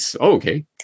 okay